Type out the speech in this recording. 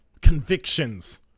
convictions